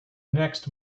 next